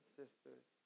sisters